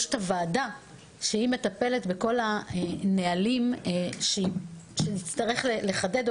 יש את הוועדה שמטפלת בכל הנהלים שנצטרך לחדד או